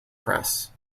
press